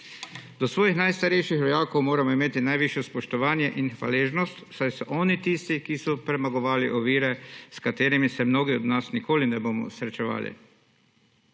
Do svojih najstarejših rojakov moramo imeti najvišje spoštovanje in hvaležnost, saj so oni tisti, ki so premagovali ovire, s katerimi se mnogi od nas nikoli ne bomo srečevali.